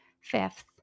Fifth